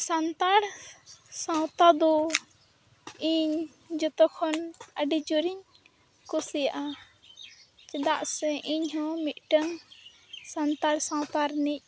ᱥᱟᱱᱛᱟᱲ ᱥᱟᱶᱛᱟᱫᱚ ᱤᱧ ᱡᱚᱛᱚ ᱠᱷᱚᱱ ᱟᱹᱰᱤ ᱡᱳᱨᱤᱧ ᱠᱩᱥᱤᱭᱟᱜᱼᱟ ᱪᱮᱫᱟᱜ ᱥᱮ ᱤᱧᱦᱚᱸ ᱢᱤᱫᱴᱟᱝ ᱥᱟᱱᱛᱟᱲ ᱥᱟᱶᱛᱟ ᱨᱤᱱᱤᱡ